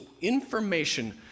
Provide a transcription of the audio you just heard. information